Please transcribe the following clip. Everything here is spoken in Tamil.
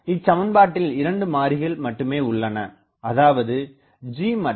இச்சமன்பாட்டில் 2 மாறிகள் மட்டுமே உள்ளன அதாவது G மற்றும்